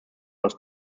was